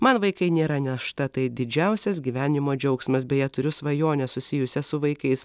man vaikai nėra našta tai didžiausias gyvenimo džiaugsmas beje turiu svajonę susijusią su vaikais